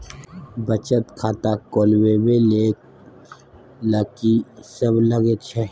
बचत खाता खोलवैबे ले ल की सब लगे छै?